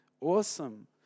Awesome